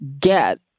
get